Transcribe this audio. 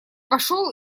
пошел